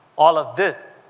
all of this